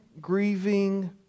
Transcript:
grieving